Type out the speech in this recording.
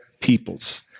peoples